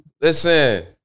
Listen